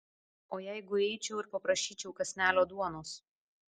o jeigu įeičiau ir paprašyčiau kąsnelio duonos